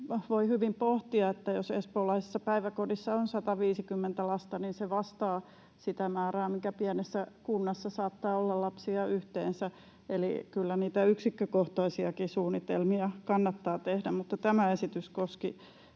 voi hyvin pohtia, että jos espoolaisessa päiväkodissa on 150 lasta, niin se vastaa sitä määrää, mikä pienessä kunnassa saattaa olla lapsia yhteensä, eli kyllä niitä yksikkökohtaisiakin suunnitelmia kannattaa tehdä. Tämä esitys koski